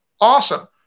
Awesome